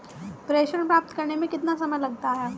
प्रेषण प्राप्त करने में कितना समय लगता है?